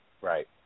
Right